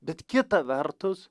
bet kita vertus